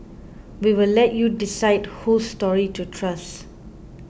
we'll let you decide whose story to trust